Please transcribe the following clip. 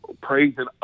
praising